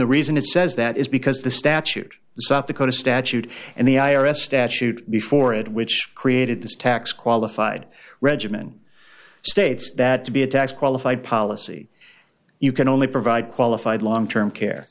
the reason it says that is because the statute south dakota statute and the i r s statute before it which created this tax qualified regimen states that to be a tax qualified policy you can only provide qualified long term care